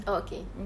okay